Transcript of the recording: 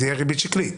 זו תהיה ריבית שקלית.